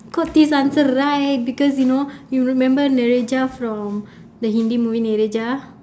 got this answer right because you know you remember najera from the hindi movie najera